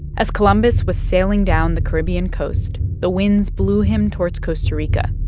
as columbus was sailing down the caribbean coast, the winds blew him towards costa rica,